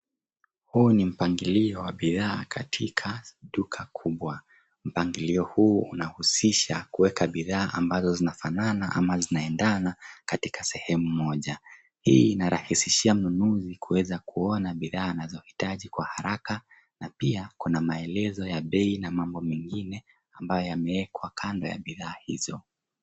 Huu ni mpangilio wa bidhaa katika duka kubwa. Mpangilio huu unahusisha kuweka bidhaa ambazo zinafanana ama zinaendana katika sehemu moja. Hii inarahisishia mnunuzi kuweza kuona bidhaa anazohitaji kwa haraka na pia kuna maelezo ya bei na mambo mengine ambayo yamewekwa kando ya bidhaa hizo.